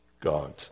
God